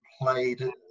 played